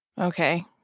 Okay